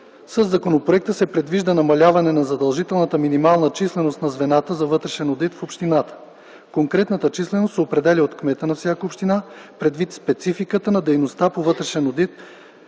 Със законопроекта се предвижда намаляване на задължителната минимална численост на звената за вътрешен одит в общините. Конкретната численост се определя от кмета на всяка община предвид спецификата на дейността по вътрешен одит